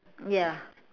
ya